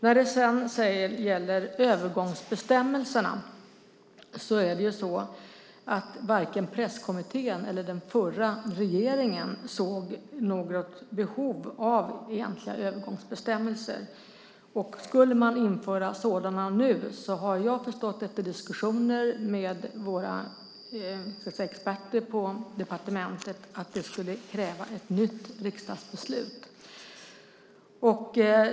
När det gäller övergångsbestämmelserna såg varken Presskommittén eller den förra regeringen något behov av egentliga övergångsbestämmelser. Skulle man införa sådana nu har jag efter diskussioner med våra experter på departementet förstått att det skulle kräva ett nytt riksdagsbeslut.